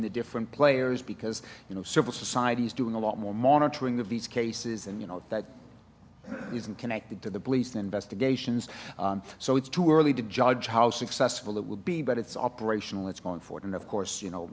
the different players because you know civil society is doing a lot more monitoring of these cases and you know that isn't connected to the police and investigations so it's too early to judge how successful it would be but it's operational it's going forward and of course you know